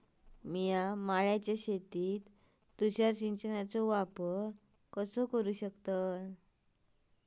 मिया माळ्याच्या शेतीत तुषार सिंचनचो वापर कसो करू?